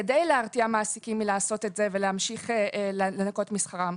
כדי להרתיע מעסיקים מלעשות את זה ולהמשיך לנכות משכרם.